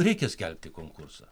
reikia skelbti konkursą